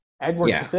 Edward